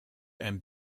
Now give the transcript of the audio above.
and